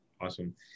Awesome